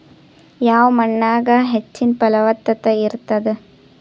ಯಾವ ಮಣ್ಣಾಗ ಹೆಚ್ಚಿನ ಫಲವತ್ತತ ಇರತ್ತಾದ?